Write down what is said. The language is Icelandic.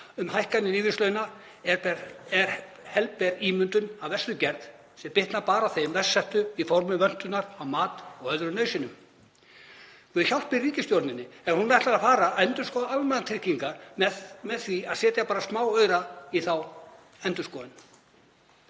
um hækkanir lífeyrislauna er helber ímyndun af verstu gerð sem bitnar bara á þeim verst settu, í formi vöntunar á mat og öðrum nauðsynjum. Guð hjálpi ríkisstjórninni ef hún ætlar að endurskoða almannatryggingar með því að setja bara smáaura í þá endurskoðun.